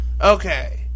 Okay